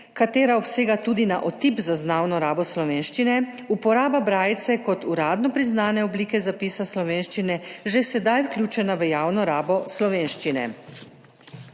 ki obsega tudi na otip zaznavno rabo slovenščine, uporaba brajice kot uradno priznane oblike zapisa slovenščine že sedaj vključena v javno rabo slovenščine.